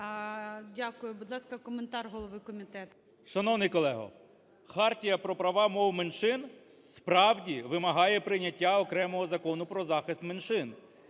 Дякую. Будь ласка, коментар голови комітету. 13:20:27 КНЯЖИЦЬКИЙ М.Л. Шановні колего, Хартія про права мов меншин справді вимагає прийняття окремого Закону про захист меншин